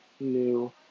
new